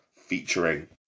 featuring